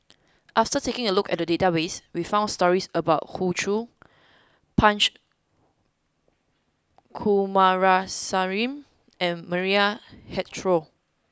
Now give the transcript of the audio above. after taking a look at the database we found stories about Hoey Choo Punch Coomaraswamy and Maria Hertogh